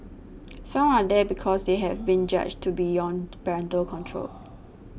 some are there because they have been judged to beyond parental control